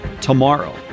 tomorrow